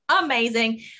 amazing